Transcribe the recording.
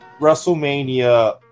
WrestleMania